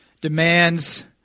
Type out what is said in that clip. demands